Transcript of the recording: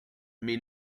mais